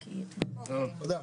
תודה.